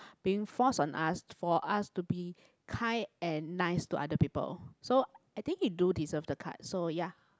being forced on us for us to be kind and nice to other people so I think you do deserve the card so ya